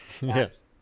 Yes